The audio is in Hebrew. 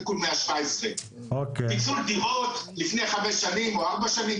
תיקון 117. פיצול דירות לפני חמש שנים או ארבע שנים,